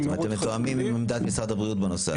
אתם מתואמים עם עמדת משרד הבריאות בנושא הזה?